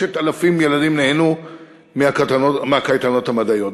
5,000 ילדים נהנו מהקייטנות המדעיות.